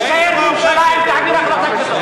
ישראל לא, האם תישאר בממשלה אם תעביר החלטה כזאת?